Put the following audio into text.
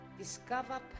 Discover